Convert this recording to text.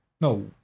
No